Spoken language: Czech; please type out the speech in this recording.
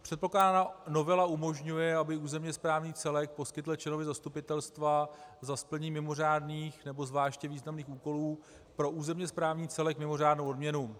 Předkládaná novela umožňuje, aby územněsprávní celek poskytl členovi zastupitelstva za splnění mimořádných nebo zvláště významných úkolů pro územněsprávní celek mimořádnou odměnu.